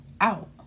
Out